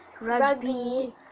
Rugby